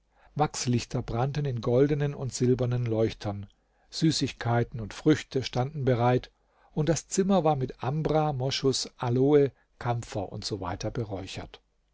wachslichter brannten in goldenen und silbernen leuchtern süßigkeiten und früchte standen bereit und das zimmer war mit ambra moschus aloe kampfer usw beräuchert